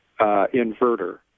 inverter